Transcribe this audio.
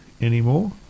anymore